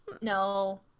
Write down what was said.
No